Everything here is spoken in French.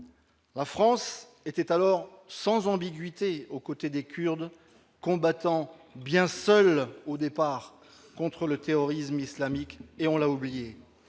La France était alors sans ambiguïté aux côtés des Kurdes, combattants bien seuls, au départ, contre le terrorisme islamique ; on l'a oublié.